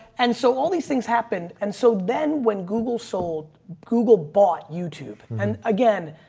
and so all these things happened and so then when google sold, google bought youtube. and again,